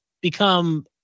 become